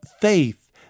faith